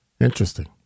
Interesting